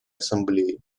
ассамблеи